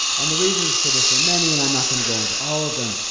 and the reasons for this are many and i'm not gonna go into all of them,